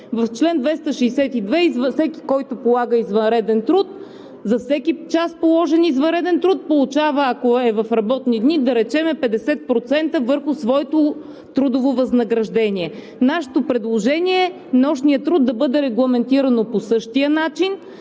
В чл. 262 всеки, който полага извънреден труд, за всеки час положен извънреден труд получава, ако е в работни дни, да речем, 50% върху своето трудово възнаграждение. Нашето предложение е нощният труд да бъде регламентиран по същия начин